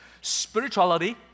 spirituality